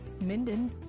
Minden